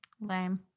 Lame